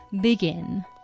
begin